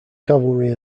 cavalry